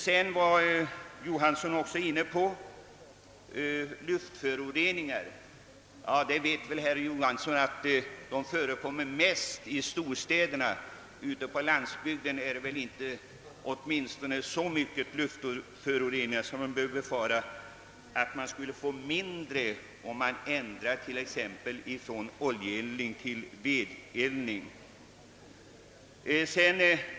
Vidare var herr Johansson inne på luftföroreningarna. Ja, herr Johansson vet nog att dessa är vanligast i storstäderna. Ute på landsbygden förekommer det knappast sådana luftföroreningar att man skulle kunna eliminera riskerna genom övergång från oljeeldning till vedeldning.